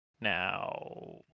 now